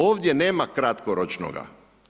Ovdje nema kratkoročnoga.